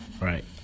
right